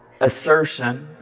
assertion